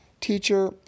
Teacher